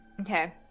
Okay